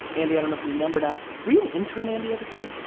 andy, i don't know if you remember that. were you an intern, andy, at the time?